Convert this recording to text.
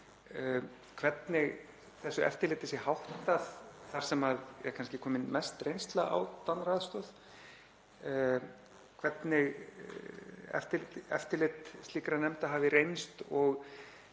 hvernig þessu eftirliti sé háttað þar sem er kannski komin mest reynsla á dánaraðstoð, hvernig eftirlit slíkra nefnda hafi reynst. Og